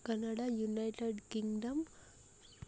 Kannada United Kingdom